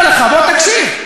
אז בוא אני אספר לך, בוא תקשיב.